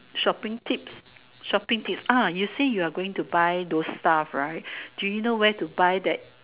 shopping tips shopping tips ah you say you are going to buy those stuff right do you know where to buy that